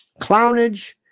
clownage